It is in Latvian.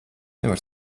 nevar